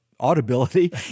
audibility